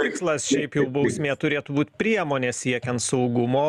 tikslas šiaip jau bausmė turėtų būt priemonė siekiant saugumo